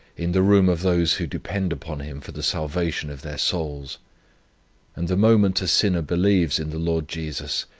in the room of those who depend upon him for the salvation of their souls and the moment a sinner believes in the lord jesus,